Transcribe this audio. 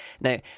Now